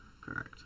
Correct